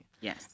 Yes